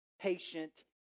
patient